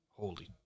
Holy